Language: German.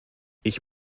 ich